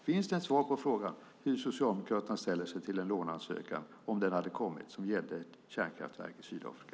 Finns det ett svar på frågan hur Socialdemokraterna ställer sig till en låneansökan om den gäller kärnkraftverk i Sydafrika?